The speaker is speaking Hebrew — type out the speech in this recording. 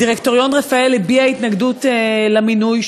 דירקטוריון רפא"ל הביע התנגדות למינוי.